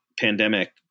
pandemic